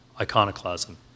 iconoclasm